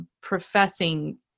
professing